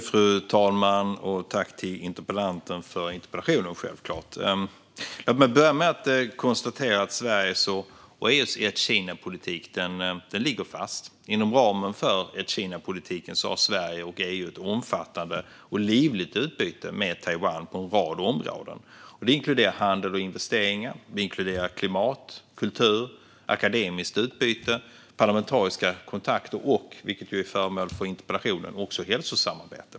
Fru talman! Tack till interpellanten för interpellationen! Jag kan börja med att konstatera att Sveriges och EU:s ett-Kina-politik ligger fast. Inom ramen för ett-Kina-politiken har Sverige och EU ett omfattande och livligt utbyte med Taiwan på en rad områden: handel och investeringar, klimat, kultur, akademiskt utbyte, parlamentariska kontakter och även hälsosamarbete, som ju är föremål för interpellationen.